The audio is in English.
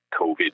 COVID